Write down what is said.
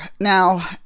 Now